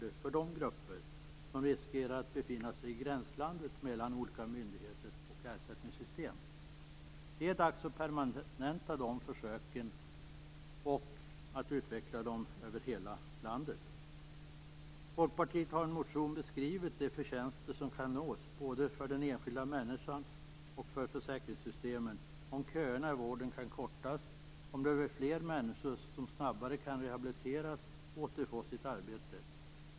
Detta skall gälla de grupper som riskerar att befinna sig i gränslandet mellan olika myndigheter och ersättningssystem. Det är dags att permanenta de försöken och att utveckla dem över hela landet. Folkpartiet har i en motion beskrivit de förtjänster som kan nås både för den enskilda människan och för försäkringssystemen om köerna i vården kan kortas och om fler människor snabbare kan rehabiliteras och återfå sitt arbete.